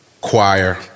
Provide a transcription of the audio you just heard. choir